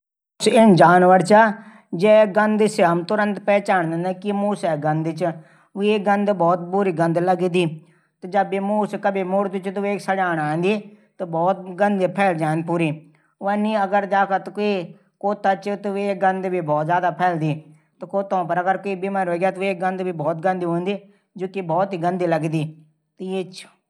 मुसू एक इन जानवर चा जैकी गंद से हम तुरंत पहचाण जांदा कि यू मूसू चा। वे गंद बहुत बुरी गंद लगदी मुसू जब कभी मुरदु चा त वेकी सड्यांण आंदी। और पूरी फैल जांदी अगर कुव्ई कुता च ऊ बिमार त वेकी गंद भी बहुत गंदी लगदी।